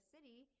City